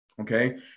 Okay